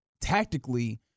tactically